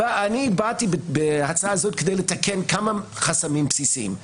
באתי בהצעה הזאת כדי לתקן כמה חסמים בסיסיים.